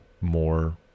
more